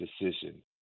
decision